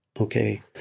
okay